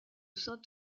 saint